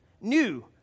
New